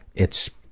it's.